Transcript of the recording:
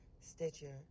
Stitcher